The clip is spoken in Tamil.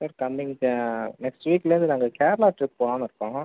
சார் கம்மிங் நெக்ஸ்ட் வீக்கில் வந்து நாங்கள் கேரளா ட்ரிப் போகலானு இருக்கோம்